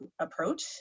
approach